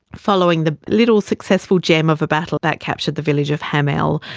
following the little successful gem of a battle that captured the village of hamel,